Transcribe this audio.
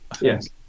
yes